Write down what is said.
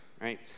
right